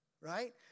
Right